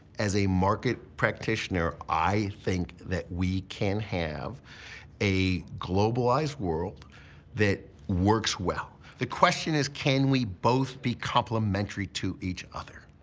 as a market practitioner, i think that we can have a globalized world that works well. the question is, can we both be complementary to each other?